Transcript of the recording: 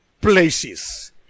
places